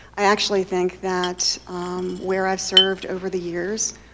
i actually think that where i've served over the years,